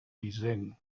grisenc